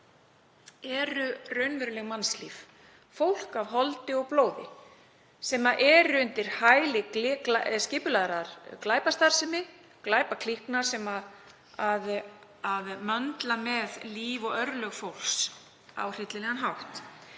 eru raunveruleg mannslíf, fólk af holdi og blóði, sem er undir hæli skipulagðrar glæpastarfsemi, glæpaklíkna sem möndla með líf og örlög fólks á hryllilegan hátt.